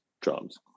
drums